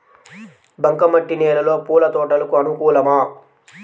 బంక మట్టి నేలలో పూల తోటలకు అనుకూలమా?